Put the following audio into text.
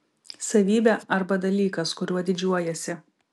savybė arba dalykas kuriuo didžiuojiesi